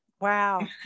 wow